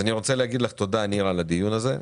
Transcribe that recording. אני רוצה להגיד לך נירה תודה על הדיון הזה.